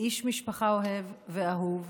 איש משפחה אוהב ואהוב,